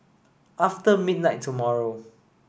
after midnight tomorrow